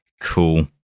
cool